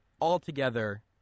altogether